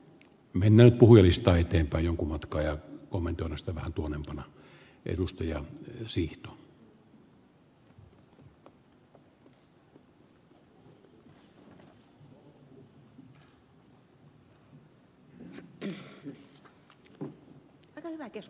kymmenet puhui listahittien tai joku mutka ja komento se vika on meissä kuntapoliitikoissa